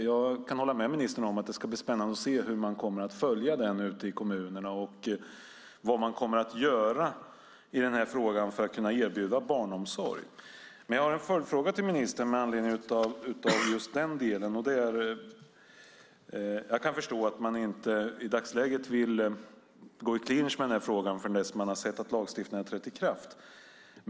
Jag kan hålla med ministern om att det ska bli spännande att se hur man kommer att följa den ute i kommunerna och vad man kommer att göra för att kunna erbjuda barnomsorg. Jag har en följdfråga till ministern med anledning av just detta. Jag kan förstå att regeringen i dagsläget inte vill gå i clinch med frågan innan man har sett att lagstiftningen har trätt i kraft.